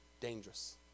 dangerous